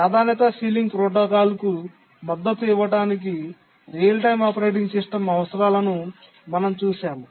ప్రాధాన్యత సీలింగ్ ప్రోటోకాల్కు మద్దతు ఇవ్వడానికి రియల్ టైమ్ ఆపరేటింగ్ సిస్టమ్ అవసరాలను మనం చూశాము